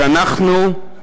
שאנחנו,